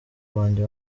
banjye